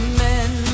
men